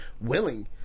willing